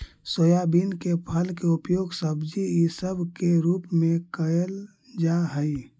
soybean के फल के उपयोग सब्जी इसब के रूप में कयल जा हई